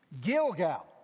Gilgal